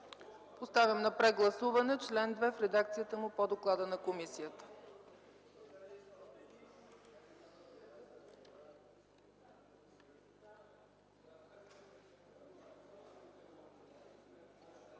Поставям на прегласуване чл. 2 в редакцията му по доклада на комисията.